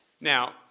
Now